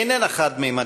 איננה חד-ממדית,